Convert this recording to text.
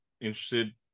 interested